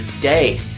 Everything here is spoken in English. day